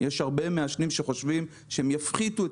יש הרבה מעשנים שחושבים שהם יפחיתו את